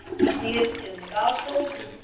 we see it in gospels,